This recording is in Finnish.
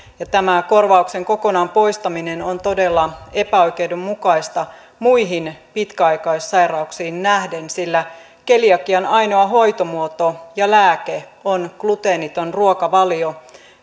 tämä korvauksen kokonaan poistaminen on todella epäoikeudenmukaista muihin pitkäaikaissairauksiin nähden sillä keliakian ainoa hoitomuoto ja lääke on gluteeniton ruokavalio